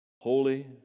Holy